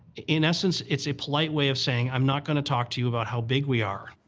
in essence it's a polite way of saying, i'm not going to talk to you about how big we are.